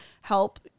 help –